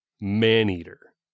Maneater